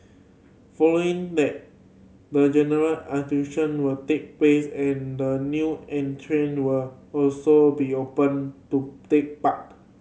following that the general will take place and the new entrant will also be open to take part